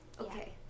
Okay